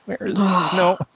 No